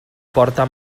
porta